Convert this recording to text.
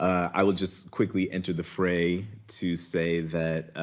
i would just quickly enter the fray to say that